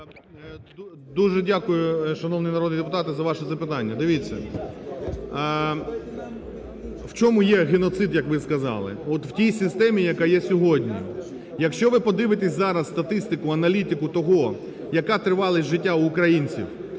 Дуже дякую, шановні народні депутати, за ваше запитання. Дивіться. В чому є геноцид, як ви сказали? От в тій системі, яка є сьогодні. Якщо ви подивитесь зараз статистику, аналітику того, яка тривалість життя у українців